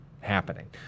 happening